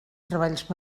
treballs